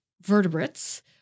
vertebrates